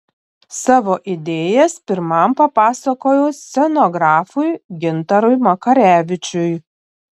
savo idėjas pirmam papasakojau scenografui gintarui makarevičiui